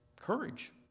courage